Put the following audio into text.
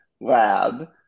lab